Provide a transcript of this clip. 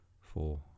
Four